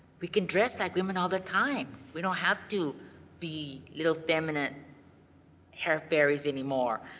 we can dress like women all the time. we don't have to be little effeminate hair fairies anymore.